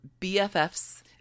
BFFs